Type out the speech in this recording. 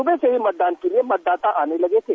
सुबह से ही मतदान के लिए मतदाता आने लगे थे